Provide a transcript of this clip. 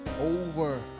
over